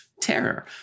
terror